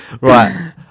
Right